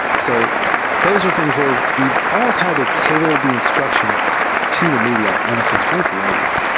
so those are things where we've almost had to tailor the instruction to the medium and the constraints of the medium.